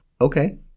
Okay